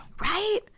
Right